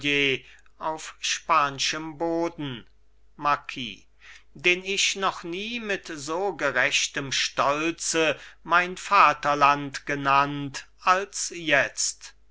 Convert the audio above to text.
auf span'schem boden marquis den ich noch nie mit so gerechtem stolze mein vaterland genannt als jetzt